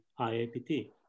IAPT